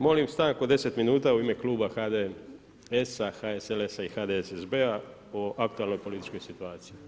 Molim stanku od 10 minuta u ime Kluba HDS-a, HSLS-a i HDSSB-a o aktualnoj političkoj situaciji.